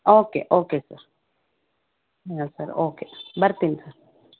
okay okay sir ಹಾಂ sir okay ಬರ್ತೀನಿ sir